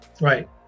right